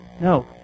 No